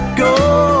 go